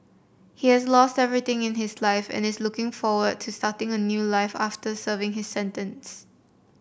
he has lost everything in his life and is looking forward to starting a new life after serving his sentence